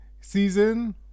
season